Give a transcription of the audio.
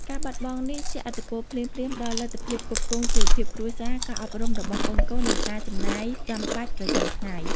ការបាត់បង់នេះជះឥទ្ធិពលភ្លាមៗដល់លទ្ធភាពផ្គត់ផ្គង់ជីវភាពគ្រួសារ ការអប់រំរបស់កូនៗ និងការចំណាយចាំបាច់ប្រចាំថ្ងៃ។